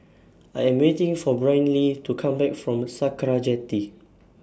I Am waiting For Brynlee to Come Back from Sakra Jetty